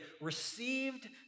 received